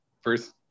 first